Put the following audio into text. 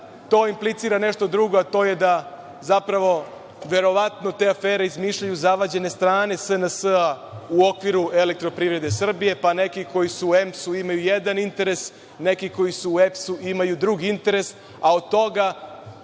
to implicira nešto drugo, a to je da zapravo verovatno te afere izmišljaju zavađene strane SNS-a u okviru EPS, pa neki koji su EMS-u imaju jedan interes, neki koji su u EPS-u imaju drugi interes, a od toga